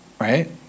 Right